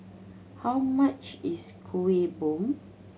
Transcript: how much is Kuih Bom